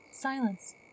silence